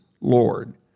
Lord